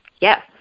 Yes